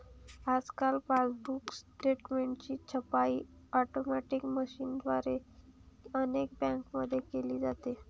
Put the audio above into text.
आजकाल पासबुक स्टेटमेंटची छपाई ऑटोमॅटिक मशीनद्वारे अनेक बँकांमध्ये केली जाते